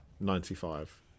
Ninety-five